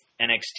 NXT